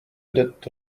tõttu